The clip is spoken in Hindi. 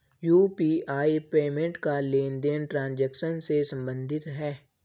यू.पी.आई पेमेंट का लेनदेन ट्रांजेक्शन से सम्बंधित है